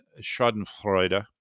Schadenfreude